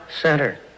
center